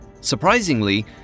Surprisingly